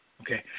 Okay